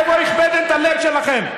איפה החבאתם את הלב שלכם?